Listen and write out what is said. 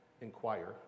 Inquire